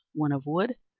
one of wood,